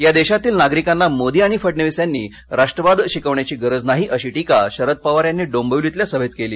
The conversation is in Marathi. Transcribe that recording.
या देशातील नागरिकांना मोदी आणि फडणवीस यांनी राष्ट्रवाद शिकविण्याची गरज नाही अशी टीका शरद पवार यांनी डोंबिवलीतल्या सभेत केली